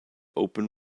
open